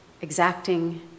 exacting